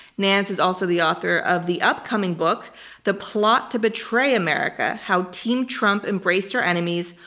and and is also the author of the upcoming book the plot to betray america how team trump embraced our enemies,